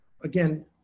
again